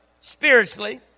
spiritually